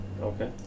Okay